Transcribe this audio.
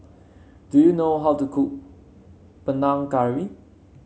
do you know how to cook Panang Curry